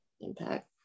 impact